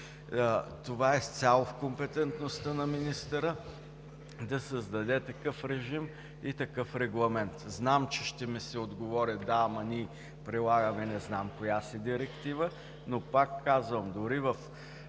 Това е изцяло в компетентността на министъра – да създаде такъв режим и такъв регламент. Знам, че ще ми се отговори: да, ама ние прилагаме не знам коя си директива, но, пак казвам, дори в